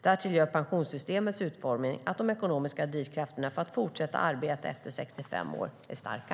Därtill gör pensionssystemets utformning att de ekonomiska drivkrafterna för att fortsätta att arbeta efter 65 år är starka.